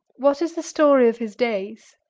what is the story of his days?